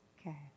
Okay